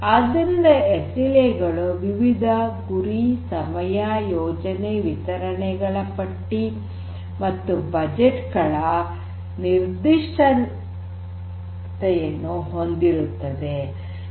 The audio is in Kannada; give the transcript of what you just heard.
ಆದ್ದರಿಂದ ಎಸ್ಎಲ್ಎ ಗಳು ವಿವಿಧ ಗುರಿ ಸಮಯ ಯೋಜನೆ ವಿತರಣೆಗಳ ಪಟ್ಟಿ ಮತ್ತು ಬಜೆಟ್ ಗಳ ಬಗ್ಗೆ ನಿರ್ಧಿಷ್ಟತೆಯನ್ನು ಹೊಂದಿರುತ್ತದೆ